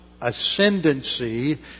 ascendancy